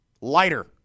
Lighter